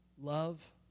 love